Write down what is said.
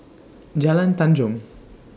Jalan Tanjong